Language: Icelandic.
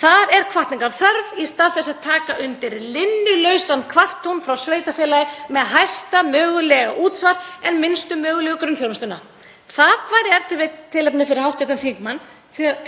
Þar er hvatningar þörf í stað þess að taka undir linnulausar kvartanir frá sveitarfélaginu með hæsta mögulega útsvar en minnstu mögulegu grunnþjónustuna. Þar væri e.t.v. tilefni fyrir hv. þingmann